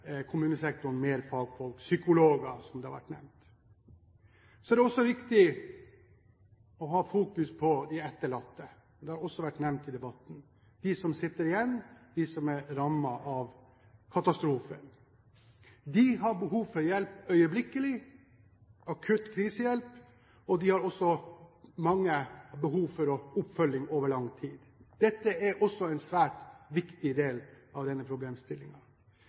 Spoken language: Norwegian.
har vært nevnt. Det er også viktig å ha fokus på de etterlatte – det har også vært nevnt i debatten – de som sitter igjen og er rammet av katastrofen. De har behov for hjelp øyeblikkelig, akutt krisehjelp, og mange har også behov for oppfølging over lang tid. Dette er også en svært viktig del av denne